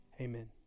Amen